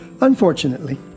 Unfortunately